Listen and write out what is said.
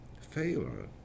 failure